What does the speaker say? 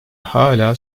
hâlâ